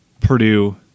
Purdue